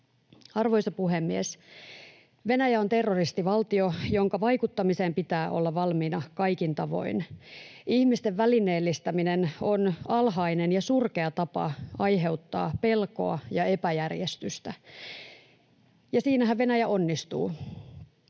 Arvoisa puhemies! Venäjä on terroristivaltio, jonka vaikuttamiseen pitää olla valmiina kaikin tavoin. Ihmisten välineellistäminen on alhainen ja surkea tapa aiheuttaa pelkoa ja epäjärjestystä, ja siinähän Venäjä onnistuu.